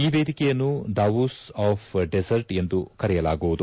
ಈ ವೇದಿಕೆಯನ್ನು Davos of desert ಎಂದು ಕರೆಯಲಾಗುವುದು